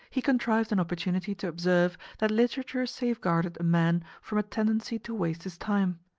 he contrived an opportunity to observe that literature safeguarded a man from a tendency to waste his time.